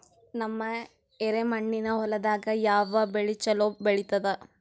ನಮ್ಮ ಎರೆಮಣ್ಣಿನ ಹೊಲದಾಗ ಯಾವ ಬೆಳಿ ಚಲೋ ಬೆಳಿತದ?